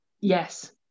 Yes